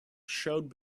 showed